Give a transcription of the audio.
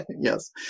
Yes